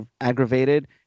aggravated